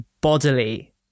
bodily